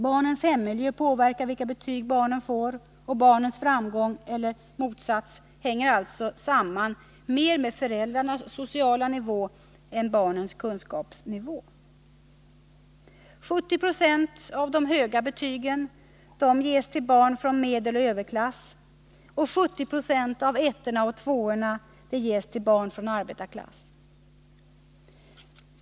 Barnens hemmiljö påverkar vilka betyg barnen får, och barnens framgång, EN 7 eller motsatsen, hänger således mer samman med föräldrarnas sociala nivå än med barnens kunskapsnivå. 70 90 av de höga betygen ges till barn från medeloch överklassen, och 70 9 av betygen 1 och 2 ges till barn från arbetarklassen.